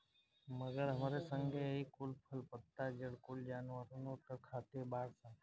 मगर हमरे संगे एही कुल फल, पत्ता, जड़ कुल जानवरनो त खाते बाड़ सन